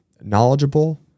knowledgeable